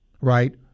right